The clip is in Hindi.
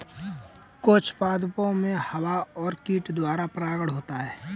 कुछ पादपो मे हवा और कीट द्वारा परागण होता है